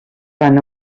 van